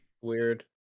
weird